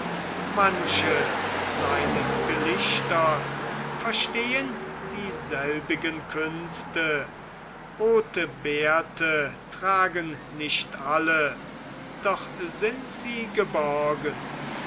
manche seines gelichters verstehen dieselbigen künste rote bärte tragen nicht alle doch sind sie geborgen